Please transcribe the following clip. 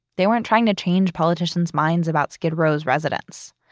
they weren't trying to change politicians' minds about skid row's residents.